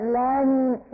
learning